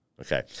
Okay